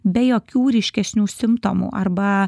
be jokių ryškesnių simptomų arba